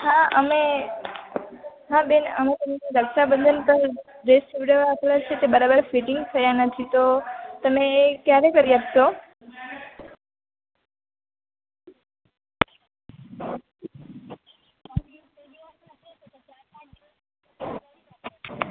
હા અમે હ બેન અમે તમને રક્ષાબંધન પર ડ્રેસ સિવડાવવા આપ્યા છે તે બરાબર ફીટીંગ થયા નથી તો તમે ક્યારે કરી આપશો